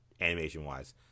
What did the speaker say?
animation-wise